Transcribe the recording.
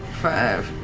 five,